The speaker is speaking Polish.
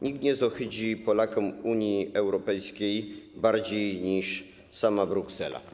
Nikt nie zohydzi Polakom Unii Europejskiej bardziej niż sama Bruksela.